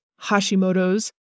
Hashimoto's